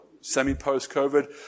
semi-post-COVID